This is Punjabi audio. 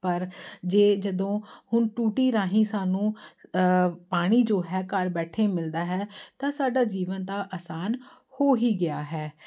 ਪਰ ਜੇ ਜਦੋਂ ਹੁਣ ਟੂਟੀ ਰਾਹੀਂ ਸਾਨੂੰ ਪਾਣੀ ਜੋ ਹੈ ਘਰ ਬੈਠੇ ਮਿਲਦਾ ਹੈ ਤਾਂ ਸਾਡਾ ਜੀਵਨ ਤਾਂ ਆਸਾਨ ਹੋ ਹੀ ਗਿਆ ਹੈ